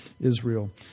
Israel